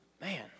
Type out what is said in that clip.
man